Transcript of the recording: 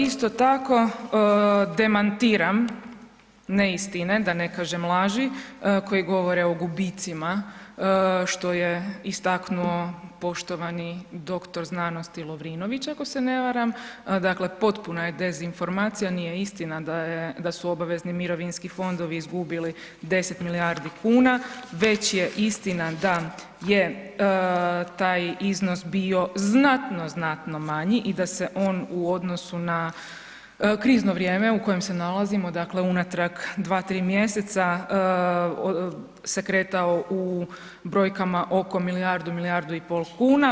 Isto tako, demantiram neistine, da ne kažem laži koji govore o gubicima, što je istaknuo poštovani dr. znanosti Lovrinović, ako se ne varam, dakle potpuna je dezinformacija, nije istina da su obavezni mirovinski fondovi izgubili 10 milijardi kuna, već je istina daje taj iznos bio znatno, znatno manji i da se on u odnosu na krizno vrijeme u kojem se nalazimo, dakle unatrag 2, 3 mjeseca, se kretao u brojkama oko milijardu, milijardu i pol kuna.